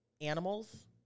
animals